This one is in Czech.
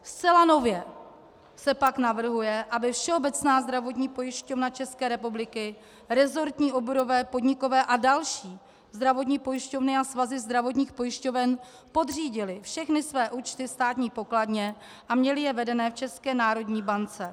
Zcela nově se pak navrhuje, aby Všeobecná zdravotní pojišťovna České republiky, resortní, oborové, podnikové a další zdravotní pojišťovny a svazy zdravotních pojišťoven podřídily všechny své účty Státní pokladně a měly je vedené v České národní bance.